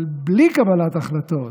אבל בלי קבלת החלטות,